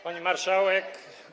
Pani Marszałek!